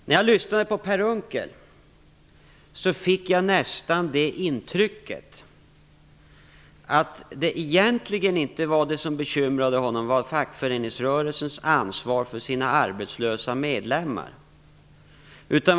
När jag lyssnade på Per Unckel fick jag nästan intrycket att det som bekymrade honom egentligen inte var fackföreningsrörelsens ansvar för sina arbetslösa medlemmar.